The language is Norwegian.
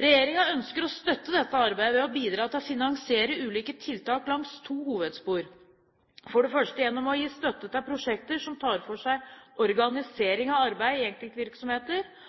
Regjeringen ønsker å støtte dette arbeidet ved å bidra til å finansiere ulike tiltak langs to hovedspor: For det første gjennom å gi støtte til prosjekter som tar for seg organisering av arbeid i enkeltvirksomheter